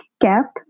gap